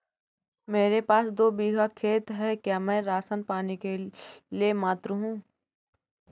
मेरे पास दो बीघा खेत है क्या मैं राशन पाने के लिए पात्र हूँ?